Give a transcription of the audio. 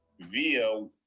via